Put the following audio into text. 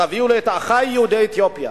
תביאו לי את אחי יהודי אתיופיה.